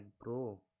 Bro